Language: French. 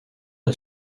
est